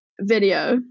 video